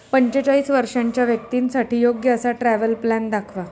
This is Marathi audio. पंचेचाळीस वर्षांच्या व्यक्तींसाठी योग्य असा ट्रॅव्हल प्लॅन दाखवा